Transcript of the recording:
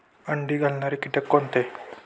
अंडी घालणारे किटक कोणते?